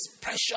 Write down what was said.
pressure